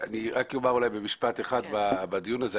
אני אומר אולי רק משפט אחד בדיון הזה.